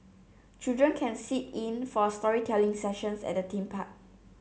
children can sit in for storytelling sessions at the theme park